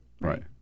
right